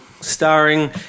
starring